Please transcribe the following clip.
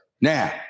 Now